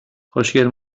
خوشگل